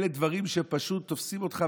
אלה דברים שפשוט תופסים אותך,